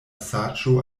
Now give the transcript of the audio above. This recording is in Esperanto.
saĝo